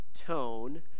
tone